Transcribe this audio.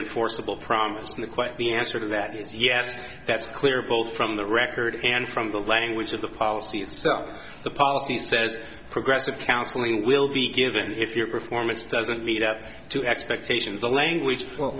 enforceable promise me quite the answer to that is yes that's clear both from the record and from the language of the policy itself the policy says progressive counseling will be given if your performance doesn't meet up to expectations the language